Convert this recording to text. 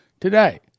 today